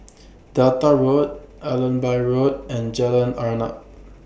Delta Road Allenby Road and Jalan Arnap